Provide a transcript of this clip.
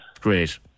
Great